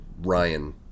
Ryan